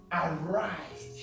arise